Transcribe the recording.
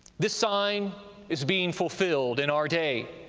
this sign is being fulfilled in our day.